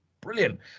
brilliant